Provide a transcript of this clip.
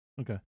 Okay